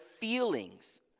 feelings